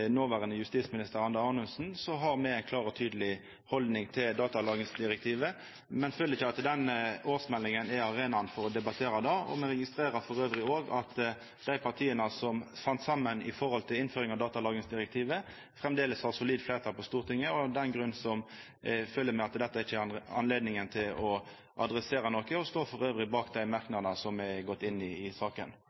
nåværende justisminister Anders Anundsen, har vi en klar og tydelig holdning til datalagringsdirektivet, men vi føler ikke at innstillingen om Datatilsynets og Personvernnemndas årsmeldinger er rett anledning til å diskutere det. Vi registrerer for øvrig òg at de partiene som fant sammen når det gjelder innføring av datalagringsdirektivet, fremdeles har solid flertall på Stortinget. Av den grunn føler vi ikke at dette er anledningen til å diskutere dette, og vi står for øvrig bak de merknadene som er i innstillingen. Selv om denne saken